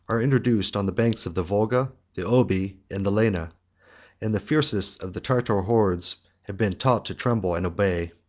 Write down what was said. are introduced on the banks of the volga, the oby, and the lena and the fiercest of the tartar hordes have been taught to tremble and obey.